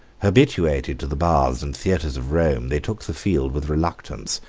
habituated to the baths and theatres of rome, they took the field with reluctance,